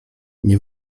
nie